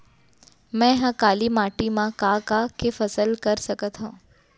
मै ह काली माटी मा का का के फसल कर सकत हव?